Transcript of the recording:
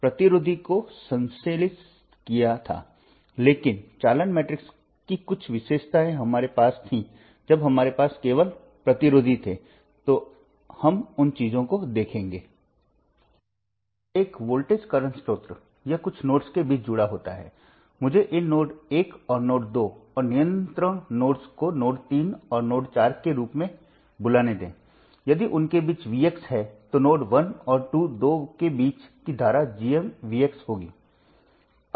इसलिए मैं यहां दिखाए गए सर्किट को दिखाऊंगा और मैंने मैट्रिक्स के रूप में नोडल विश्लेषण समीकरण भी लिखे हैं